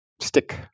stick